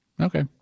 Okay